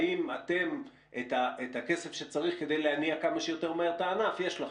האם את הכסף שצריך כדי להניע כמה שיותר מהר את הענף יש לכם?